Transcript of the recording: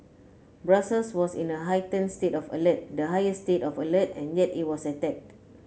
Brussels was in a heightened state of alert the highest state of alert and yet it was attacked